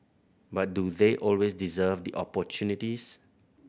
but do they always deserve the opportunities